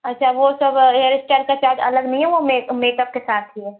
अच्छा वो सब हेयर स्टाइल का चार्ज अलग नहीं है वो मेकअप के साथ ही है